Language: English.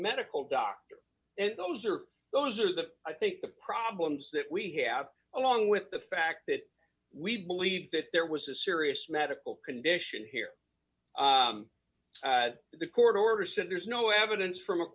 medical doctor and those are those are the i think the problems that we have along with the fact that we believe that there was a serious medical condition here at the court orders and there's no evidence from a